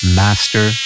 master